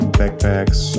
backpacks